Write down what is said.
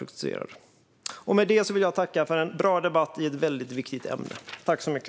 Med detta vill jag tacka för en bra debatt i ett väldigt viktigt ämne.